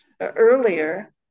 earlier